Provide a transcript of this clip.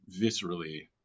viscerally